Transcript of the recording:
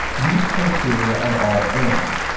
these criteria are all and.